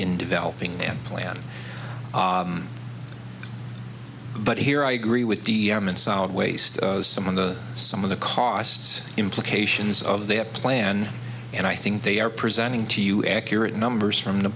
in developing them plan but here i agree with the solid waste some of the some of the costs implications of the plan and i think they are presenting to you accurate numbers from the